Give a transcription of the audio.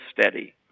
steady